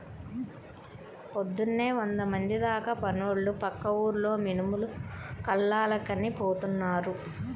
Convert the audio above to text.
పొద్దున్నే వందమంది దాకా పనోళ్ళు పక్క ఊర్లో మినుములు కల్లానికని పోతున్నారు